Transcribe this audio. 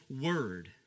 word